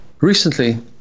Recently